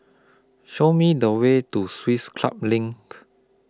Show Me The Way to Swiss Club LINK